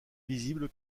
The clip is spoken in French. visible